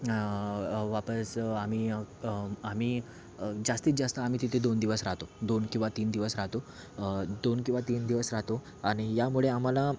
वापस आम्ही आम्ही जास्तीत जास्त आम्ही तिथे दोन दिवस राहतो दोन किंवा तीन दिवस राहतो दोन किंवा तीन दिवस राहतो आणि यामुळे आम्हाला